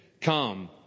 come